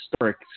historic